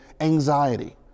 anxiety